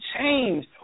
change